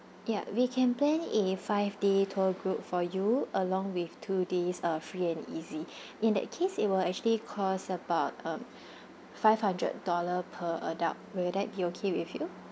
ya we can plan a five day tour group for you along with two days uh free and easy in that case it will actually cost about um five hundred dollar per adult will that be okay with you